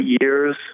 years